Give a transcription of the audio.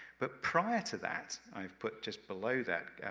but prior to that, i've put just below that, yeah,